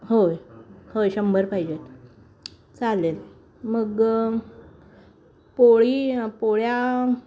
होय होय शंभर पाहिजेत चालेल मग पोळी पोळ्या